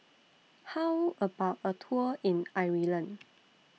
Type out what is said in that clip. How about A Tour in Ireland